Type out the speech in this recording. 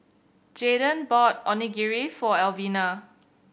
Jaydon bought Onigiri for Elvina